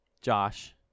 Josh